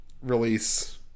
release